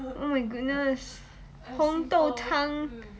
oh my goodness 红豆汤